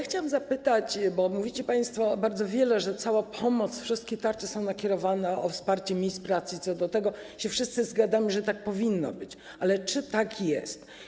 Chciałabym zapytać, bo mówicie państwo bardzo wiele, że cała pomoc, wszystkie tarcze są nakierowane na wsparcie miejsc pracy, i co do tego się wszyscy zgadzamy, że tak powinno być, ale czy tak jest.